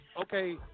okay